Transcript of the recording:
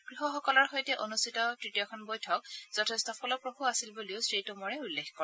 কৃষকসকলৰ সৈতে অনুষ্ঠিত এই তৃতীয়খন বৈঠক যথেষ্ট ফলপ্ৰসূ আছিল বুলিও শ্ৰী টোমৰে উল্লেখ কৰে